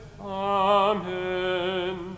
Amen